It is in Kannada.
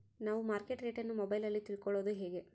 ನಾವು ಮಾರ್ಕೆಟ್ ರೇಟ್ ಅನ್ನು ಮೊಬೈಲಲ್ಲಿ ತಿಳ್ಕಳೋದು ಹೇಗೆ?